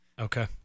Okay